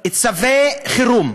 צווי חירום,